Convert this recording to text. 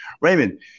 Raymond